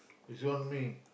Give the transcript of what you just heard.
is gonna me